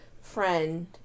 friend